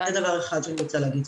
זה דבר אחד שאני רוצה להגיד.